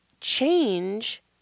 change